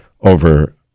over